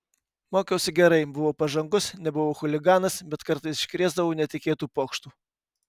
mokiausi gerai buvau pažangus nebuvau chuliganas bet kartais iškrėsdavau netikėtų pokštų